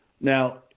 Now